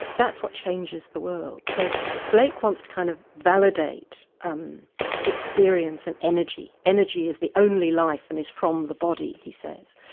that's what changes the world. so blake wants to kind of validate um experience and energy, energy is the only life and is from the body, he says.